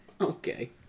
Okay